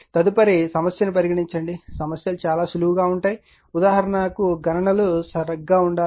తదుపరి సమస్య ను పరిగణించండి సమస్య లు సులువుగా ఉంటాయి ఉదాహరణకు గణన లు సరిగ్గా ఉండాలి